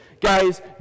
Guys